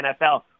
NFL